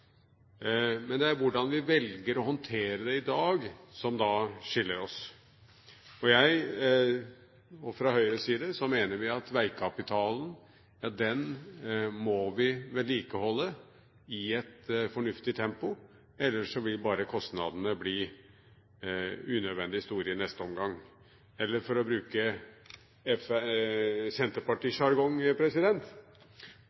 dag, som skiller oss. Fra Høyres side mener vi at veikapitalen må vi vedlikeholde i et fornuftig tempo, ellers vil kostnadene bare bli unødvendig store i neste omgang. Eller for å bruke